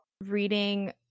reading